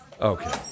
okay